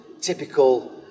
typical